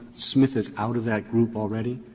smith is out of that group already?